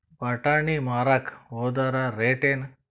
ಬಟಾನಿ ಮಾರಾಕ್ ಹೋದರ ರೇಟೇನು?